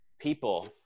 people